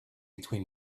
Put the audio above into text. between